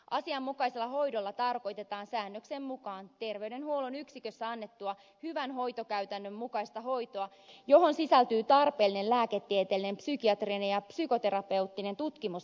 asianmukaisella hoidolla tarkoitetaan säännöksen mukaan terveydenhuollon yksikössä annettua hyvän hoitokäytännön mukaista hoitoa johon sisältyy tarpeellinen lääketieteellinen psykiatrinen ja psykoterapeuttinen tutkimus ja hoito